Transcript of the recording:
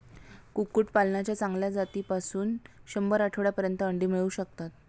कुक्कुटपालनाच्या चांगल्या जातीपासून शंभर आठवड्यांपर्यंत अंडी मिळू शकतात